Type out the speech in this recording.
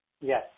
Yes